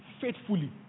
faithfully